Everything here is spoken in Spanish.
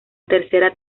tercera